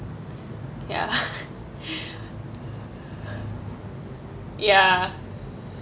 ya ya